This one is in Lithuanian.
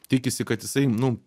tikisi kad jisai nu